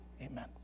amen